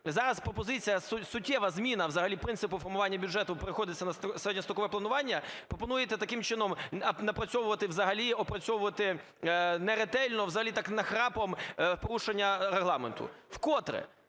зараз пропозиція суттєва зміна взагалі принципу формування бюджету приходиться на середньострокове планування, пропонуєте таким чином напрацьовувати взагалі, опрацьовувати неретельно, взагалі так нахрапом в порушення Регламенту. Вкотре?